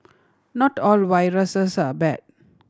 not all viruses are bad